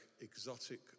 exotic